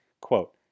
quote